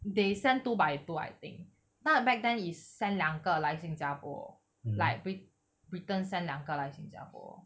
they send two by two I think 那 back then is send 两个来新加坡 like bri~ britain send 两个来新加坡